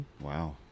Wow